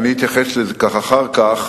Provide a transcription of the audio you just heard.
אני אתייחס לכך אחר כך.